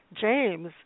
James